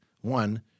One